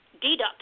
deduct